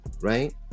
right